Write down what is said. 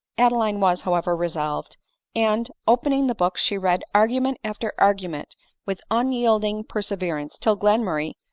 adeline was, however, resolved and, opening the book, she read argument after argument with unyielding perseverance, till glenmurray,